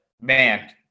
man